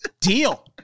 Deal